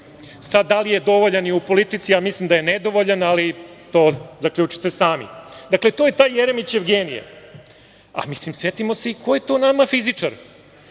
Sada, da li je dovoljan i u politici, ja mislim da je nedovoljan, ali to zaključite sami. Dakle, to je taj Jeremićev genije. Mislim, setimo se i ko je to nama fizičar.